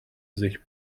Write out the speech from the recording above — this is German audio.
sich